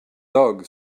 dog